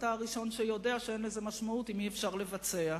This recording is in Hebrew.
ואתה הראשון שיודע שאין לזה משמעות אם אי-אפשר לבצע.